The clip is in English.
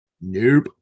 Nope